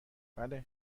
بله